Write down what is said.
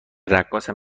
رقاصم